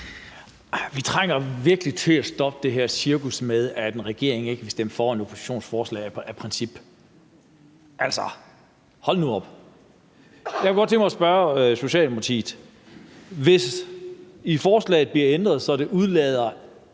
Vi trænger virkelig til at stoppe det her cirkus med, at en regering af princip ikke vil stemme for et forslag fra oppositionen. Altså, hold nu op. Jeg kunne godt tænke mig at spørge Socialdemokratiet: Hvis forslaget bliver ændret, så det udelades,